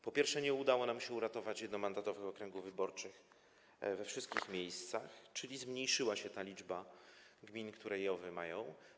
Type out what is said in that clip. Po pierwsze, nie udało nam się uratować jednomandatowych okręgów wyborczych we wszystkich miejscach, czyli zmniejszyła się ta liczba gmin, gdzie są JOW-y.